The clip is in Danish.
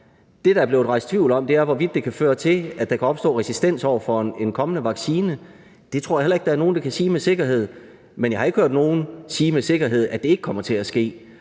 Det, der er blevet rejst tvivl om, er, hvorvidt det kan føre til, at der kan opstå resistens over for en kommende vaccine. Det tror jeg ikke der er nogen der kan sige med sikkerhed, men jeg har heller ikke hørt nogen sige med sikkerhed, at det ikke kommer til at ske.